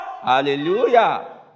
Hallelujah